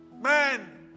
Man